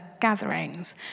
gatherings